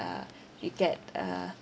uh you get uh